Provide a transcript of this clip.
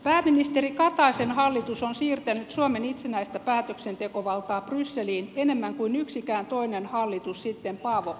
pääministeri kataisen hallitus on siirtänyt suomen itsenäistä päätöksentekovaltaa brysseliin enemmän kuin yksikään toinen hallitus sitten paavo lipposen päivien